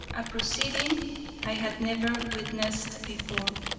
a proceeding i had never witnessed before,